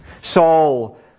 Saul